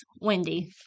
Wendy